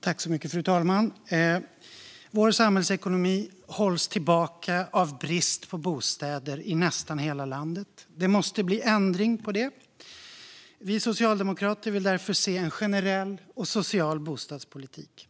Fru talman! Vår samhällsekonomi hålls tillbaka av brist på bostäder i nästan hela landet. Det måste bli ändring på det. Vi socialdemokrater vill därför se en generell och social bostadspolitik.